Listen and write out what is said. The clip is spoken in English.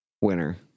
winner